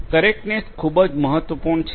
correctness ખૂબ જ મહત્વપૂર્ણ છે